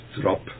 drop